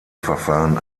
verfahren